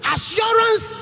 Assurance